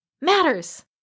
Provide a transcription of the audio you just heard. matters